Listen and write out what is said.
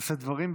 לשאת דברים.